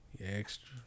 Extra